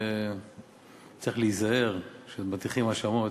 צריך להיזהר כשמטיחים האשמות,